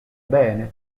bene